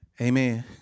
Amen